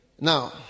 now